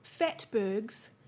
Fatbergs